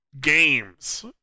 games